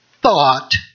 thought